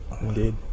Indeed